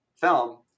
film